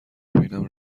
ببینم